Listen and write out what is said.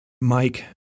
Mike